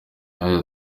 yagize